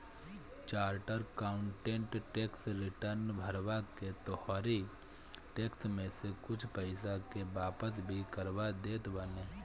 charter accountant tax return भरवा के तोहरी टेक्स में से कुछ पईसा के वापस भी करवा देत बाने